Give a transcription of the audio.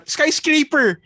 Skyscraper